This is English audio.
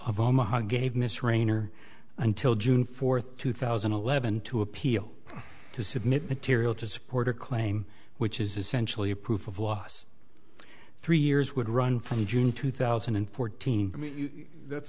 of omaha gave miss raynor until june fourth two thousand and eleven to appeal to submit material to support a claim which is essentially a proof of loss three years would run from june two thousand and fourteen i mean that's